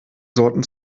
sorten